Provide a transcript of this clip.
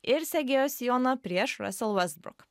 ir segėjo sijoną prieš russell westbrook